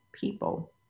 people